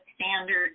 standard